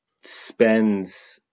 spends